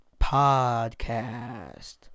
Podcast